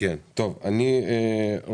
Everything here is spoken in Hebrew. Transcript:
את החומר שאני שלחתי,